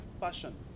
passion